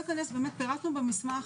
הכול במסמך,